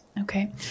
Okay